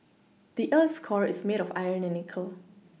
the earth's core is made of iron and nickel